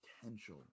potential